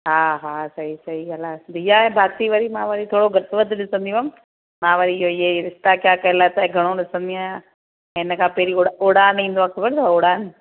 हा हा सही सही ॻाल्हि आहे दिया ऐं बाती वरी मां वरी थोरो घटि वधि ॾिसंदी हुअमि मां वरी इहोई इयई रिश्ता क्या कहलाता है घणो ॾिसंदी आहियां इन खां पहिरीं उड़ उड़ान ईंदो आहे खबर अथव उड़ान